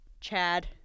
Chad